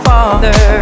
Father